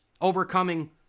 overcoming